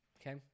okay